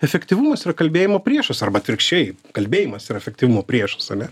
efektyvumas yra kalbėjimo priešas arba atvirkščiai kalbėjimas yra efektyvumo priešas ane